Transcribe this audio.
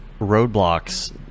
roadblocks